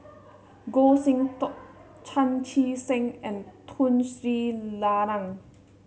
Goh Sin Tub Chan Chee Seng and Tun Sri Lanang